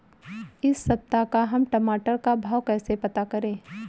इस सप्ताह का हम टमाटर का भाव कैसे पता करें?